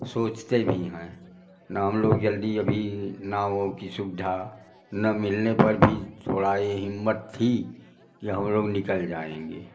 सोचते भी हैं न हम लोग जल्दी अभी नाव आव की सुबिधा न मिलने पर भी पर भी थोड़ा यह हिम्मत थी कि हम लोग निकल जाएँगे